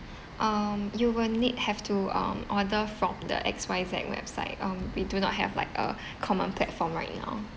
um you will need have to um order from the X Y Z website um we do not have like a common platform right now